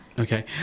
Okay